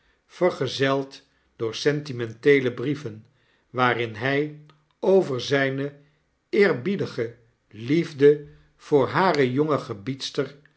vergezeld door sentimenteele brieven waarin hi over zjjne eerbiedige liefde voor hare jonge gebiedster